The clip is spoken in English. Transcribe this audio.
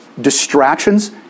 distractions